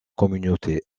communauté